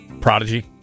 Prodigy